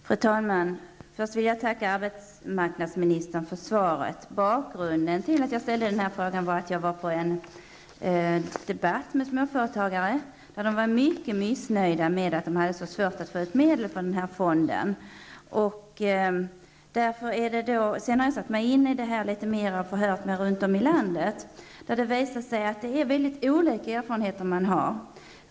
Fru talman! Först vill jag tacka arbetsmarknadsministern för svaret. Bakgrunden till att jag ställde frågan var att jag var på en debatt med småföretagare, där de var mycket missnöjda med att de hade så svårt att få ut medel från den här fonden. Sedan har jag satt mig in i detta litet mer och förhört mig runt om i landet. Det har då visat sig att man har väldigt olika erfarenheter.